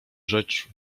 rzecz